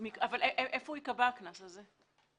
אבל איפה ייקבע הקנס הזה?